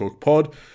Pod